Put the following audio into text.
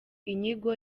inyigo